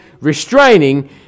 restraining